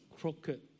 crooked